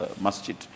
masjid